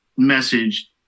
message